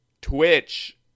Twitch